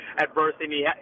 adversity